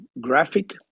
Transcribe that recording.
graphic